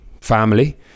family